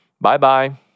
bye-bye